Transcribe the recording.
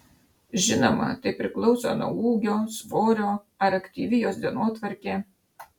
žinoma tai priklauso nuo ūgio svorio ar aktyvi jos dienotvarkė